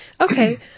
okay